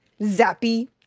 zappy